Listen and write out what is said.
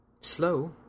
Slow